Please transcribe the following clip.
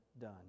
done